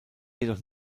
jedoch